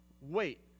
wait